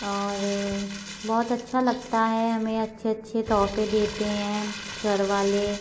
और बहुत अच्छा लगता है हमें अच्छे अच्छे तोहफे देते हैं घरवाले